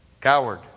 coward